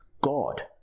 god